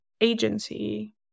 agency